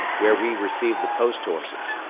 where we received the post horses.